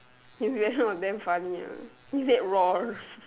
his reaction was damn funny ah he said roar